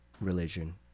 religion